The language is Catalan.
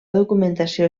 documentació